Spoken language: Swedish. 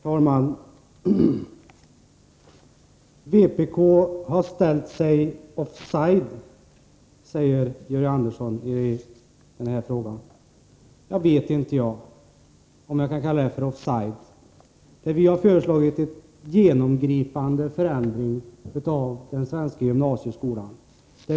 Herr talman! Vpk har ställt sig offside i den här frågan, säger Georg Andersson. Jag vet inte om man kan kalla det att vi står offside, när vi har föreslagit en genomgripande förändring av den svenska gymnasieskolan.